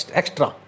extra